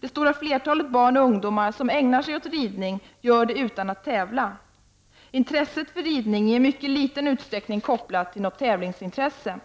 Det stora flertalet barn och ungdomar som ägnar sig åt ridning gör det utan att tävla. Intresset för ridning är endast i mycket liten utsträckning kopplat till något tävlingsintresse.